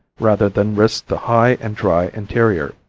rather than risk the high and dry interior.